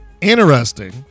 interesting